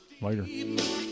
Later